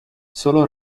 sólo